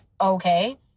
okay